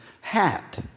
hat